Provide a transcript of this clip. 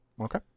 Okay